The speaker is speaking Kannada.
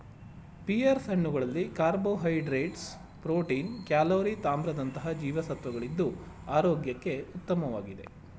ಪಿಯರ್ಸ್ ಹಣ್ಣುಗಳಲ್ಲಿ ಕಾರ್ಬೋಹೈಡ್ರೇಟ್ಸ್, ಪ್ರೋಟೀನ್, ಕ್ಯಾಲೋರಿ ತಾಮ್ರದಂತಹ ಜೀವಸತ್ವಗಳಿದ್ದು ಆರೋಗ್ಯಕ್ಕೆ ಉತ್ತಮವಾಗಿದೆ